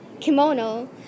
kimono